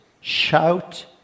Shout